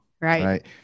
Right